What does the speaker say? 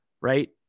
Right